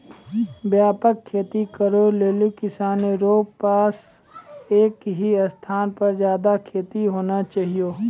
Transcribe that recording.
व्यापक खेती करै लेली किसानो रो पास एक ही स्थान पर ज्यादा खेत होना चाहियो